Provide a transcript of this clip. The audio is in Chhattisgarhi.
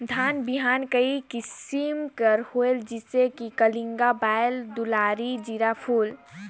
धान बिहान कई किसम के होयल जिसे कि कलिंगा, बाएल दुलारी, जीराफुल?